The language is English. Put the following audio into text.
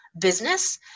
business